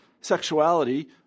sexuality